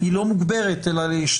היא לא מוגברת, אלא ישנה